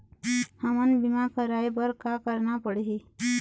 हमन बीमा कराये बर का करना पड़ही?